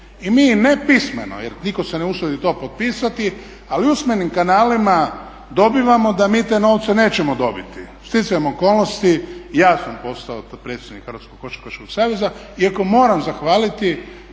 I mi ne pismeno, jer nitko se ne usudi to potpisati, ali usmenim kanalima dobivamo da mi te novce nećemo dobiti. Sticajem okolnosti ja sam postao predsjednik Hrvatskog košarkaškog saveza, iako moram zahvaliti